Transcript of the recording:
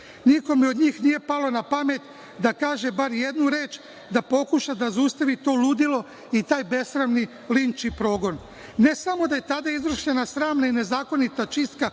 ljude. Nikome od njih nije palo na pamet da kaže bar jednu reč i da pokuša da zaustavi to ludilo i taj besramni linč i progon. Ne samo da je tada izvršena sramna i nezakonita čistka